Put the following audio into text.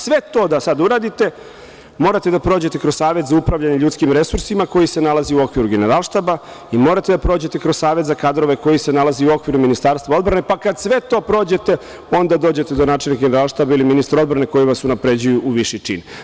Sve to da sad uradite, morate da prođete kroz Savet za upravljanje ljudskim resursima koji se nalazi u okviru Generalštaba i morate da prođete kroz Savet za kadrove koji se nalazi u okviru Ministarstva odbrane, pa kad sve to prođete, onda dođete do načelnika Generalštaba ili ministra odbrane koji vas unapređuju u viši čin.